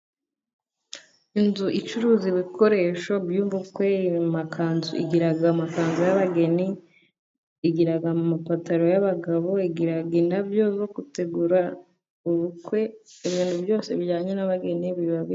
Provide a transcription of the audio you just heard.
Inzu icuruza ibikoresho by'ubukwe mu makanzu, igira amakanzu y'abageni ,igira amapantalo y'abagabo, igira indabo zo gutegura ubukwe, ibintu byose bijyanye n'abageni biba bihari.